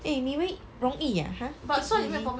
eh 你以为容易啊 !huh! easy